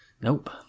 nope